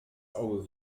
auge